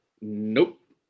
Nope